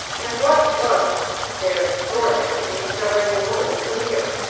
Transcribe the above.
and what was there extraordinary in discovering a woman at the mere,